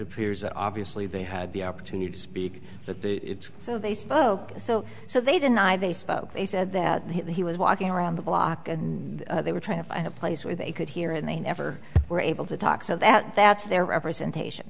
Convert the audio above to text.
appears obviously they had the opportunity to speak but the so they spoke so so they deny they spoke they said that he was walking around the block and they were trying to find a place where they could hear and they never were able to talk so that that's their representation